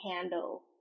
handle